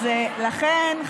אז לכן,